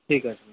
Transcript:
ঠিক আছে